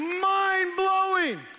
mind-blowing